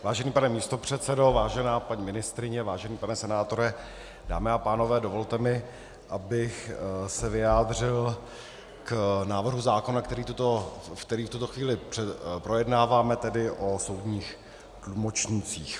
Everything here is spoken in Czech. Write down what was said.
Vážený pane místopředsedo, vážená paní ministryně, vážený pane senátore, dámy a pánové, dovolte mi, abych se vyjádřil k návrhu zákona, který v tuto chvíli projednáváme, tedy o soudních tlumočnících.